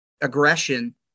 aggression